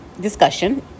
discussion